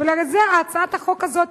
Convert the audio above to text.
ובגלל זה, הצעת החוק הזאת,